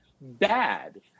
bad